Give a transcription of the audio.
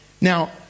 Now